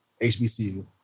HBCU